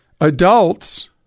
adults